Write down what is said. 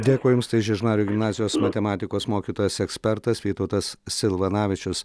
dėkui jums tai žiežmarių gimnazijos matematikos mokytojas ekspertas vytautas silvanavičius